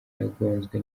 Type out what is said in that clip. yagonzwe